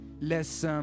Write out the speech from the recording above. less